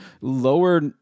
lower